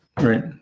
right